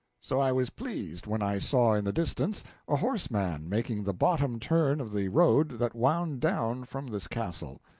so i was pleased when i saw in the distance a horseman making the bottom turn of the road that wound down from this castle.